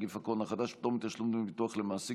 נגיף הקורונה החדש) (פטור מתשלום דמי ביטוח למעסיק